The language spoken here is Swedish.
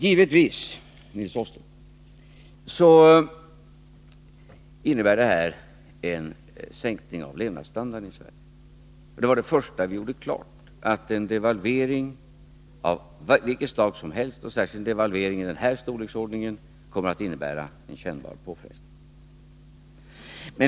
Givetvis innebär det här, Nils Åsling, en sänkning av levnadsstandarden i Sverige. Det första vi gjorde klart var att en devalvering av vilket slag som helst, och särskilt en devalvering av den här storleksordningen, kommer att innebära en kännbar påfrestning.